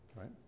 right